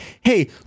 hey